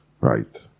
right